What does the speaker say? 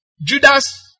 Judas